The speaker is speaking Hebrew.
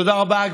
הצבעה.